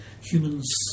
Humans